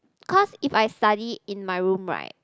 cause if I study in my room right